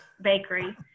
Bakery